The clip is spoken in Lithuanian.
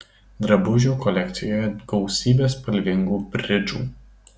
drabužių kolekcijoje gausybė spalvingų bridžų